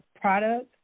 product